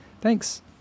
Thanks